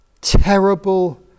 terrible